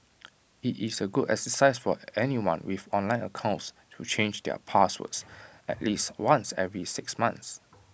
IT is A good exercise for anyone with online accounts to change their passwords at least once every six months